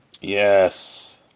Yes